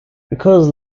because